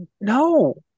no